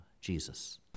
Jesus